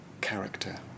character